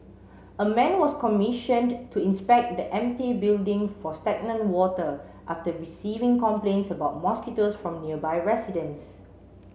a man was commissioned to inspect the empty building for stagnant water after receiving complaints about mosquitoes from nearby residents